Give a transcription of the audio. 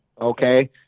okay